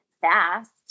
fast